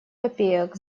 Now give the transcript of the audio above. копеек